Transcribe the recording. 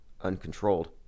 uncontrolled